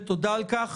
ותודה על כך.